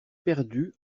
perdu